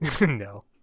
No